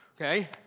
Okay